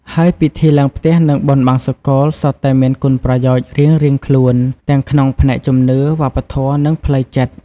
ហើយពិធីឡើងផ្ទះ និងបុណ្យបង្សុកូល សុទ្ធតែមានគុណប្រយោជន៍រៀងៗខ្លួន ទាំងក្នុងផ្នែកជំនឿ វប្បធម៌ និងផ្លូវចិត្ត។